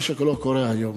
מה שלא קורה היום.